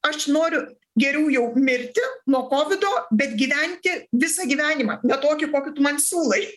aš noriu geriau jau mirti nuo kovido bet gyventi visą gyvenimą ne tokį kokį tu man siūlai